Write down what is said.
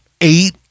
eight